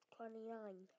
Twenty-nine